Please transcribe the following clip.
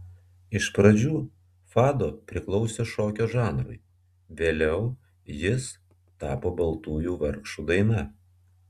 iš pradžių fado priklausė šokio žanrui vėliau jis tapo baltųjų vargšų daina